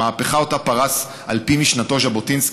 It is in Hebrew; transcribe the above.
המהפכה שפרס ז'בוטינסקי,